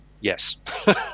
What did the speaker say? Yes